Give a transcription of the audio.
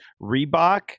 Reebok